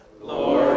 Lord